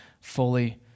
fully